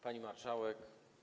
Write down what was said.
Pani Marszałek!